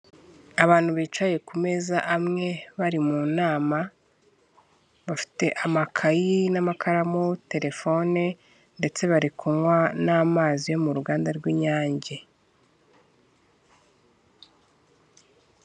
Abantu bicaye ku meza amwe bari mu nama bafite amakayi n'amakaramu, terefone, ndetse bari kunywa n'amazi yo mu ruganda rw'Inyange.